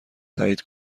تایید